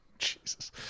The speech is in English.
Jesus